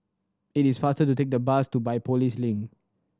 it is faster to take the bus to Biopolis Link